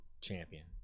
Champion